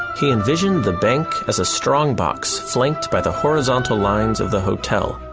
he envisioned the bank as a strong box flanked by the horizontal lines of the hotel,